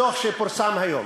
הדוח שפורסם היום.